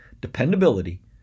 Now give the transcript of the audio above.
dependability